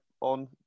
on